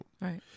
Right